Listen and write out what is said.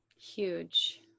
Huge